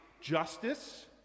Justice